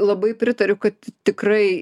labai pritariu kad tikrai